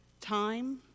Time